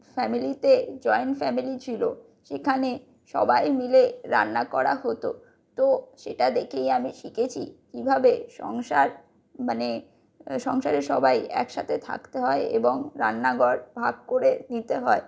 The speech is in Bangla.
ফ্যামিলিতে জয়েন্ট ফ্যামিলি ছিল সেখানে সবাই মিলে রান্না করা হতো তো সেটা দেখেই আমি শিখেছি কীভাবে সংসার মানে সংসারের সবাই একসাথে থাকতে হয় এবং রান্নাঘর ভাগ করে নিতে হয়